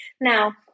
now